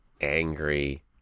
angry